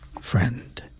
friend